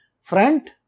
Front